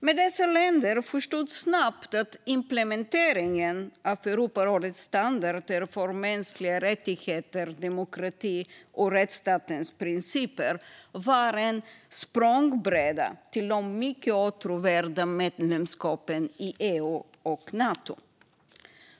Men dessa länder förstod snabbt att implementeringen av Europarådets standarder för mänskliga rättigheter, demokrati och rättsstatens principer var en språngbräda till de mycket åtråvärda medlemskapen i EU och Nato.